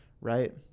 right